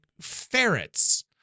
ferrets